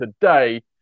today